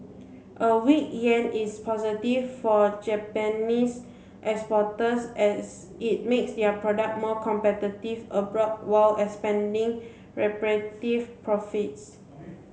a weak yen is positive for Japanese exporters as it makes their product more competitive abroad while expanding profits